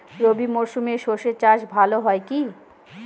রবি মরশুমে সর্ষে চাস ভালো হয় কি?